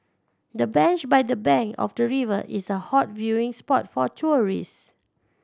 the bench by the bank of the river is a hot viewing spot for tourist